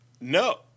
No